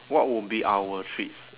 what would be our treats